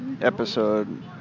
episode